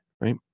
right